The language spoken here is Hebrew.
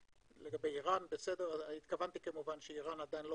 לגבי איראן התכוונתי כמובן שאיראן עדיין לא